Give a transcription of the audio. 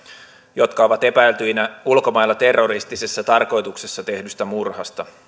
jotka ovat epäiltyinä ulkomailla terroristisessa tarkoituksessa tehdystä murhasta